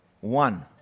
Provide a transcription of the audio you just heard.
One